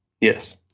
Yes